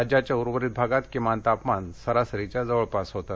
राज्याच्या उर्वरित भागात किमान तापमान सरासरीच्या जवळपास होतं